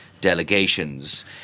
delegations